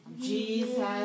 Jesus